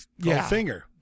Goldfinger